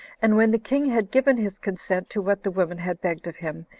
and when the king had given his consent to what the woman had begged of him,